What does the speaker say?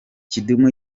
kidum